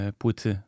płyty